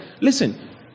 Listen